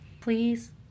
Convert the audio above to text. please